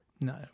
No